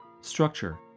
Structure